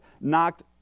knocked